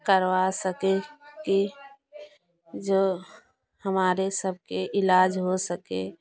करवा सकें कि जो हमारे सबके इलाज हो सके